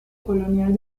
colonial